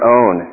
own